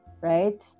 right